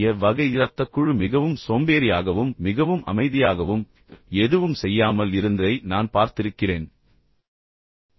ஏ வகை இரத்தக் குழு மிகவும் சோம்பேறியாகவும் மிகவும் அமைதியாகவும் மிகவும் நிதானமாகவும் எதுவும் செய்யாமல் இருந்ததை நான் பார்த்திருக்கிறேன் என்று நான் உங்களுக்குச் சொல்கிறேன்